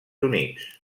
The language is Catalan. units